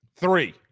three